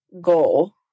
goal